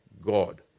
God